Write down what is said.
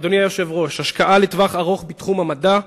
אדוני היושב-ראש, השקעה לטווח ארוך בתחומי המדע,